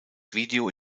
video